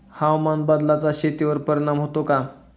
हवामान बदलाचा शेतीवर परिणाम होतो का?